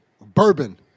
Bourbon